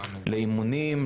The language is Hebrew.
לאימונים,